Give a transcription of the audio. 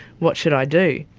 what should i do?